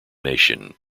nation